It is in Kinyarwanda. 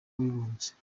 w’abibumbye